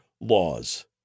laws